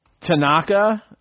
Tanaka